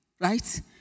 right